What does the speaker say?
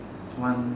one